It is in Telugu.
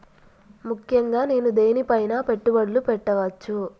ముఖ్యంగా నేను దేని పైనా పెట్టుబడులు పెట్టవచ్చు?